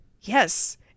Yes